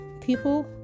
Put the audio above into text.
people